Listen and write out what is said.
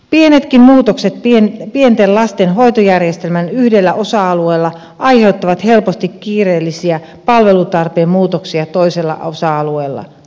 pienetkin muutokset pienten lasten hoitojärjestelmän yhdellä osa alueella aiheuttavat helposti kiireellisiä palvelutarpeen muutoksia toisella osa alueella